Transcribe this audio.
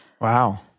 Wow